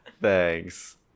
Thanks